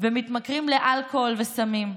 ומתמכרים לאלכוהול וסמים,